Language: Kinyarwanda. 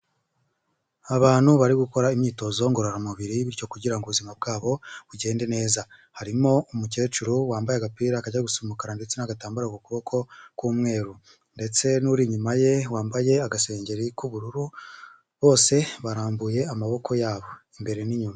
Abantu bari gukora imyitozo ngororamubiri bityo kugira ngo ubuzima bwabo bugende neza. Harimo umukecuru wambaye agapira kajya gusa umukara ndetse n'agatambaro ku koboko k'umweru ndetse n'uri inyuma ye wambaye agasengeri k'ubururu, bose barambuye amaboko yabo imbere n'inyuma.